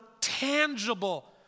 tangible